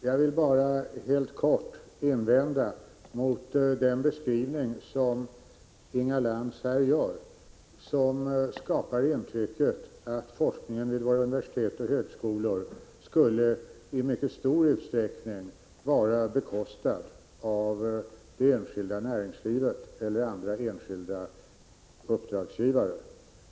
Herr talman! Jag vill bara helt kort invända mot den beskrivning som Inga Lantz gör och som skapar intrycket att forskningen vid våra universitet och högskolor i mycket stor utsträckning skulle vara bekostad av det enskilda näringslivet eller andra enskilda uppdragsgivare.